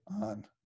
on